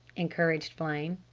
encouraged flame.